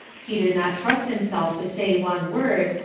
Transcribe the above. he did not trust himself to say one word,